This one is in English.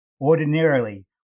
Ordinarily